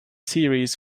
series